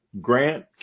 Grant